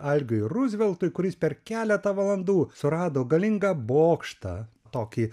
algiui ruzveltui kuris per keletą valandų surado galingą bokštą tokį